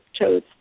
chose